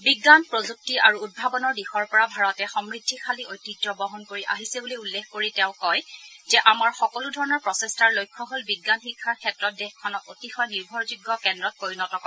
বিজ্ঞান প্ৰযুক্তি আৰু উদ্ভাৱনৰ দিশৰ পৰা ভাৰতে সমৃদ্ধিশালী ঐতিহ্য বহন কৰি আহিছে বুলি উল্লেখ কৰি তেওঁ কয় যে আমাৰ সকলো ধৰণৰ প্ৰচেষ্টাৰ লক্ষ্য হ'ল বিজ্ঞান শিক্ষাৰ ক্ষেত্ৰত দেশখনক অতিশয় নিৰ্ভৰযোগ্য কেন্দ্ৰত পৰিণত কৰা